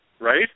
right